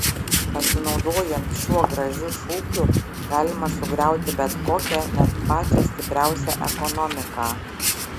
pasinaudojant šiuo gražiu šūkiu galima sugriauti bet kokią net pačią stipriausią ekonomiką